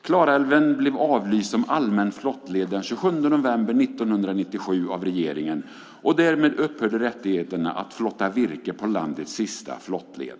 Klarälven blev avlyst som allmän flottled av regeringen den 27 november 1997, och därmed upphörde rättigheterna att flotta virke på landets sista flottled.